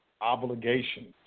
obligations